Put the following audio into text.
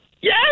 Yes